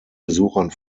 besuchern